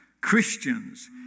Christians